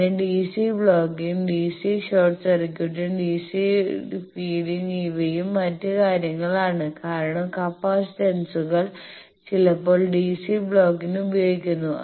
പിന്നെ DC blocking DC short circuit DC feeding ഇവയും മറ്റ് കാര്യങ്ങളാണ് കാരണം കപ്പാസിറ്ററുകൾ ചിലപ്പോൾ ഡിസി ബ്ലോക്കിംഗിന് ഉപയോഗിക്കുന്നു